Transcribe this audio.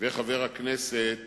וחבר הכנסת